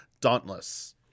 Dauntless